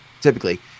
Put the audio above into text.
typically